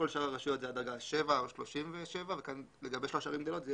בכל שאר הרשויות זה היה דרגה 7 או 37 וכאן לגבי שלוש הערים הגדולות זה